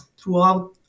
throughout